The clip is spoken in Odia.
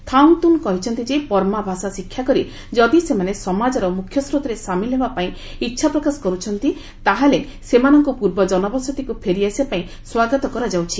ଥାଉଙ୍ଗ ତୁନ କହିଛନ୍ତି ଯେ ବର୍ମା ଭାଷା ଶିକ୍ଷା କରି ଯଦି ସେମାନେ ସମାଜର ମୁଖ୍ୟସ୍ରୋତରେ ସାମିଲ ହେବା ପାଇଁ ଇଚ୍ଛା ପ୍ରକାଶ କରୁଛନ୍ତି ତାହାହେଲେ ସେମାନଙ୍କୁ ପୂର୍ବ ଜନବସତିକୁ ଫେରିଆସିବା ପାଇଁ ସ୍ୱାଗତ କରାଯାଉଛ